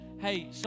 hey